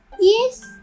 Yes